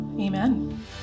Amen